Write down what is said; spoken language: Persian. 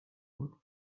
بود